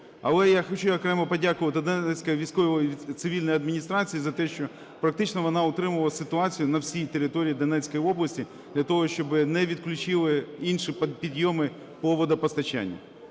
Але я хочу окремо подякувати Донецькій військовій цивільній адміністрації за те, що практично вона утримала ситуацію на всій території Донецької області для того, щоб не відключили інші підйоми по водопостачанню.